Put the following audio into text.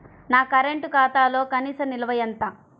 నా కరెంట్ ఖాతాలో కనీస నిల్వ ఎంత?